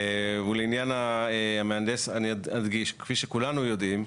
לעניין המהנדס אני אדגיש: כפי שכולנו יודעים,